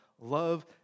Love